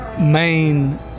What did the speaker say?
main